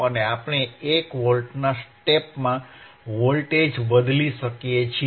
અને આપણે 1 વોલ્ટના સ્ટેપમાં વોલ્ટેજ બદલી શકીએ છીએ